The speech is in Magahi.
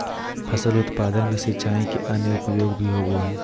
फसल उत्पादन में सिंचाई के अन्य उपयोग भी होबय हइ